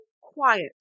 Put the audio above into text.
quiet